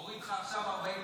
מוריד לך עכשיו 40 מנדטים,